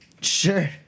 Sure